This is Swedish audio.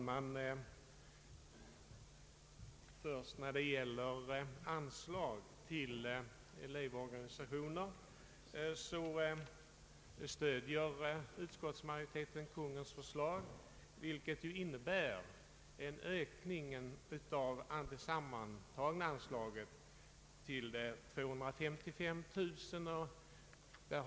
Herr talman! Vad beträffar anslag till elevorganisationer stöder utskottsmajoriteten Kungl. Maj:ts förslag, vilket innebär en ökning av det sammantagna anslaget till 255 000 kronor.